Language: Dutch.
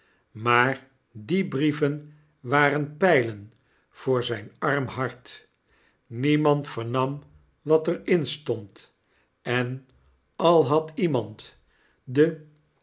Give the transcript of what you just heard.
maar die brieven waren pylen voor zijn arm hart niemand veriaam wat er in stond en al had iemand den